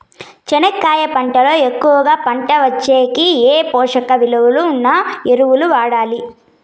చెనక్కాయ పంట లో ఎక్కువగా పంట వచ్చేకి ఏ పోషక విలువలు ఉన్న ఎరువులు వాడాలి?